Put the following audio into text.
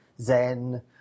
Zen